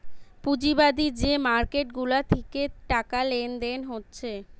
পুঁজিবাদী যে মার্কেট গুলা থিকে টাকা লেনদেন হচ্ছে